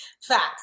Facts